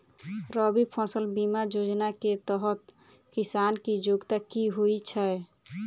रबी फसल बीमा योजना केँ तहत किसान की योग्यता की होइ छै?